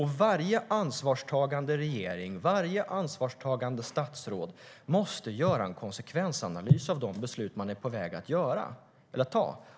Varje ansvarstagande regering, varje ansvarstagande statsråd, måste göra en konsekvensanalys av de beslut man är på väg att fatta.